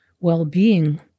well-being